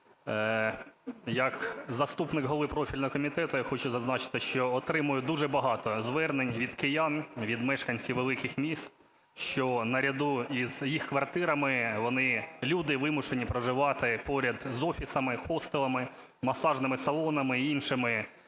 Як заступник голови профільного комітету я хочу зазначити, що отримую дуже багато звернень від киян, від мешканців великих міст, що наряду із їх квартирами, вони, люди вимушені проживати поряд з офісами, хостелами, масажними салонами і іншими